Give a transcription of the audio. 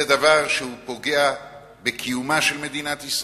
זה דבר שפוגע בקיומה של מדינת ישראל,